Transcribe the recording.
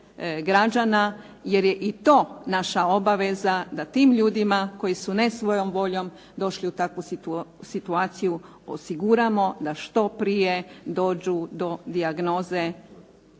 građana jer je i to naša obaveza da tim ljudima koji su ne svojom voljom došli u takvu situaciju, osiguramo da što prije dođu do dijagnoze